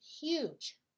huge